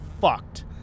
fucked